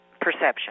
perception